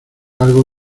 algo